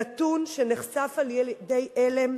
נתון שנחשף על-ידי "עלם",